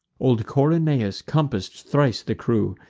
old corynaeus compass'd thrice the crew,